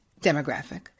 demographic